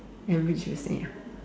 every Tuesday ah